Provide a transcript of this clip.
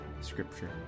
Scripture